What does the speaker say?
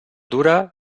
dura